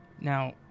Now